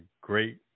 great